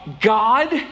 God